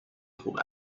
خوب